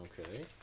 Okay